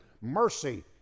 mercy